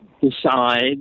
decide